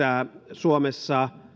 suomessa